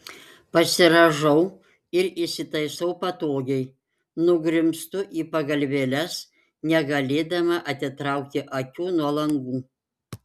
pasirąžau ir įsitaisau patogiai nugrimztu į pagalvėles negalėdama atitraukti akių nuo langų